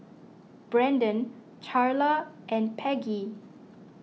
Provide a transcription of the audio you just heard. Brenden Charla and Peggy